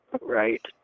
Right